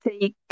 take